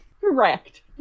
Correct